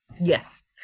yes